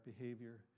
behavior